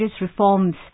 reforms